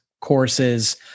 courses